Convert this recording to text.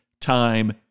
time